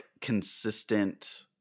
consistent